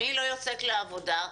מי לא יוצאת לעבודה?